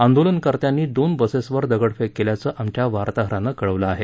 आंदोलनकर्त्यांनी दोन बसेसवर दगडफेक केल्याचं आमच्या वार्ताहरानं कळवलं आहे